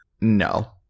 No